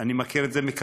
אני מכיר את זה מקרוב.